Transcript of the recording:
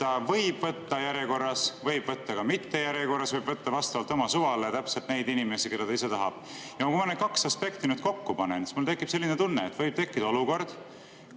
Ta võib võtta järjekorras, võib võtta ka mitte järjekorras, võib võtta vastavalt oma suvale täpselt neid inimesi, keda ta ise tahab. Ja kui ma need kaks aspekti kokku panen, siis mul tekib selline tunne, et võib tekkida olukord,